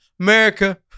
America